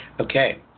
Okay